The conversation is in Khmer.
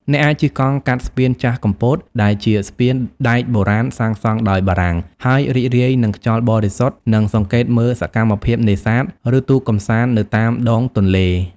អ្នកអាចជិះកង់កាត់ស្ពានចាស់កំពត ដែលជាស្ពានដែកបុរាណសាងសង់ដោយបារាំង ហើយរីករាយនឹងខ្យល់បរិសុទ្ធ និងសង្កេតមើលសកម្មភាពនេសាទ ឬទូកកម្សាន្តនៅតាមដងទន្លេ។